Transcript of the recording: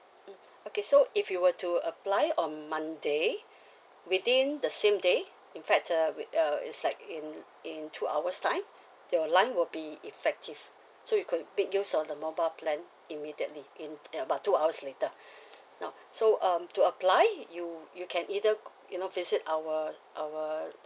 mm okay so if you were to apply on monday within the same day in fact uh wi~ uh it's like in in two hours' time your line will be effective so you could make use of the mobile plan immediately in about two hours later now so um to apply you you can either g~ you know visit our our